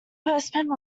postman